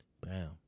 Bam